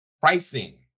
Pricing